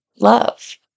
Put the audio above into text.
love